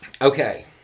Okay